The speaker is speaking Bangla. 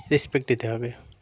রেসপেক্ট দিতে হবে